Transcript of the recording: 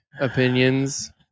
opinions